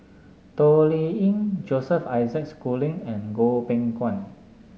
Toh Liying Joseph Isaac Schooling and Goh Beng Kwan